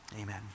amen